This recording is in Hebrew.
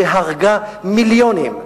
שהרגה מיליונים,